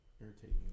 irritating